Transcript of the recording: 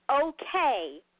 okay